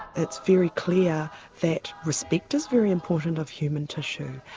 it's very clear that respect is very important of human tissue,